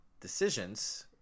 Decisions